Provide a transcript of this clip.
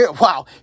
Wow